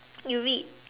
you read